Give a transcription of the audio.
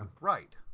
Right